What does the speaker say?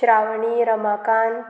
Shravani Ramakant